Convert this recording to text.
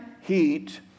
heat